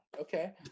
okay